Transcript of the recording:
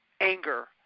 anger